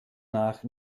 nach